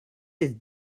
this